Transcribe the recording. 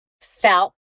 felt